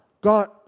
God